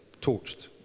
torched